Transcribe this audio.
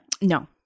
No